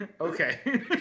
Okay